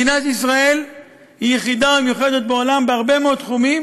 מדינת ישראל היא יחידה ומיוחדת בעולם בהרבה מאוד תחומים,